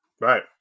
Right